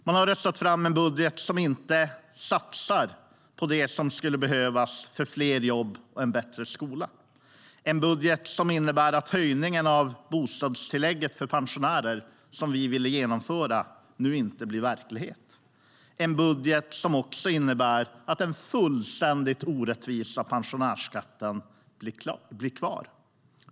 Man har röstat fram en budget som inte satsar det som skulle behövas för fler jobb och en bättre skola. Det är en budget som innebär att den höjning av bostadstillägget för pensionärer vi ville genomföra nu inte blir verklighet. Det är också en budget som innebär att den fullständigt orättvisa pensionärsskatten blir kvar.